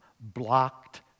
Blocked